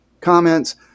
comments